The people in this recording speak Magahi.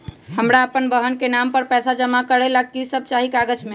हमरा अपन बहन के नाम पर पैसा जमा करे ला कि सब चाहि कागज मे?